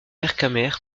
vercamer